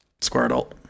Squirtle